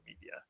media